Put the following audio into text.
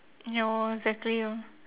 yo exactly lor